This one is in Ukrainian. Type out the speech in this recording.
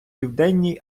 південній